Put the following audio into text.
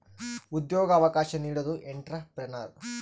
ಉದ್ಯೋಗ ಅವಕಾಶ ನೀಡೋದು ಎಂಟ್ರೆಪ್ರನರ್